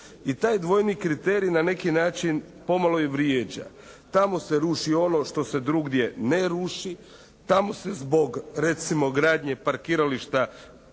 i taj dvojni kriterij na neki način pomalo i vrijeđa. Tamo se ruši ono što se drugdje ne ruši, tamo se zbog recimo gradnje parkirališta